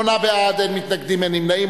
9, אין מתנגדים, אין נמנעים.